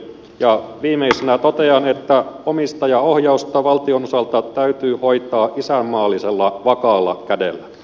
viimeiseksi totean että omistajaohjausta valtion osalta täytyy hoitaa isänmaallisella vakaalla kädellä